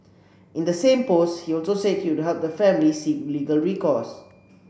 in the same post he also said he would help the family seek legal recourse